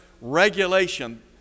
regulation